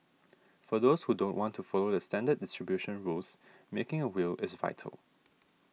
for those who don't want to follow the standard distribution rules making a will is vital